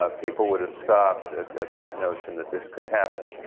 ah people would have scoffed at that that notion that this could happen.